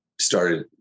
started